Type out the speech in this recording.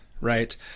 Right